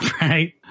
Right